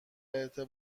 رابطه